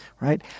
right